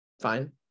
Fine